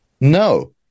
no